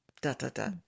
Da-da-da